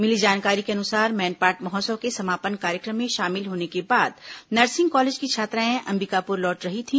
मिली जानकारी के मुताबिक मैनपाट महोत्सव के समापन कार्यक्रम में शामिल होने के बाद नर्सिंग कॉलेज की छात्राएं अंबिकापुर लौट रही थी